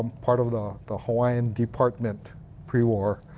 part of the the hawaiian department prewar,